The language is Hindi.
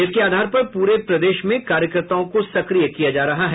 इसके आधार पर पूरे प्रदेश में कार्यकर्ताओं को सक्रिय किया जा रहा है